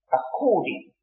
according